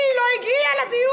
כי היא לא הגיעה לדיון.